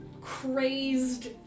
crazed